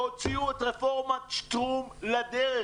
תוציאו את רפורמת שטרום לדרך.